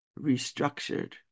Restructured